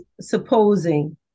supposing